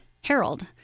Harold